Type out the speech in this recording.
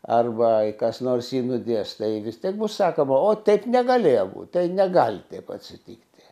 arba jei kas nors jį nudės tai vis tiek bus sakoma o taip negalėjo būt tai negali taip atsitikti